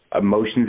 emotions